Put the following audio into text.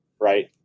right